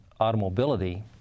automobility